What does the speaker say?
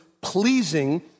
pleasing